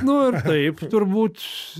nu ir taip turbūt